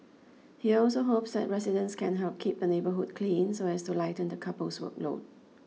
he also hopes that residents can help keep the neighbourhood clean so as to lighten the couple's workload